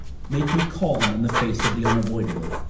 make me calm in the face of the unavoidable.